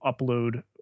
upload